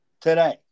today